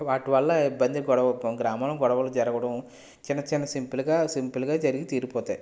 వాటి వల్ల ఇబ్బంది గొడవ గ్రామాల్లో గొడవలు జరగడం చిన్న చిన్న సింపుల్గా సింపుల్గా జరిగి తీరిపోతాయి